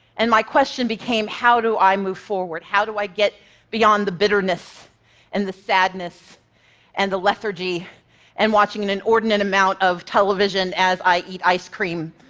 and my question became how do i move forward? how do i get beyond the bitterness and the sadness and the lethargy and watching an inordinate amount of television as i eat ice cream?